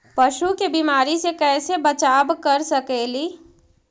पशु के बीमारी से कैसे बचाब कर सेकेली?